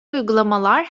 uygulamalar